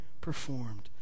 performed